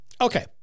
Okay